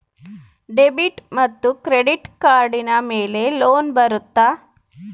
Debit ಮತ್ತು credit ಕಾರ್ಡಿನ ಮೇಲೆ ಲೋನ್ ಬರುತ್ತಾ?